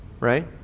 Right